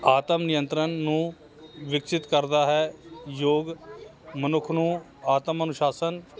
ਆਤਮ ਨਿਯੰਤਰਨ ਨੂੰ ਵਿਕਸਿਤ ਕਰਦਾ ਹੈ ਯੋਗ ਮਨੁੱਖ ਨੂੰ ਆਤਮ ਅਨੁਸ਼ਾਸਨ